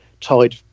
tied